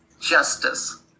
justice